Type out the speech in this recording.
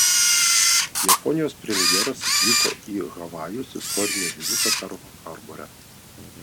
japonijos premjeras atvyko į havajus istorinio vizito perl harbore